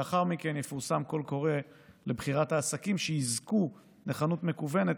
לאחר מכן יפורסם קול קורא לבחירת העסקים שיזכו לחנות מקוונת,